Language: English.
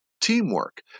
teamwork